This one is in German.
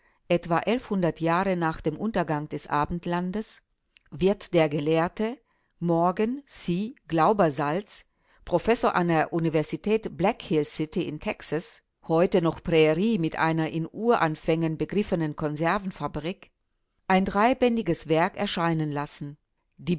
etwa jahre nach dem untergang des abendlandes wird der gelehrte morgan c glaubersalz professor an der universität blackhill-city in texas heute noch prärie mit einer in uranfängen begriffenen konservenfabrik ein dreibändiges werk erscheinen lassen